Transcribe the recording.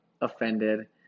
offended